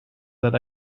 that